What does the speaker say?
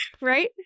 Right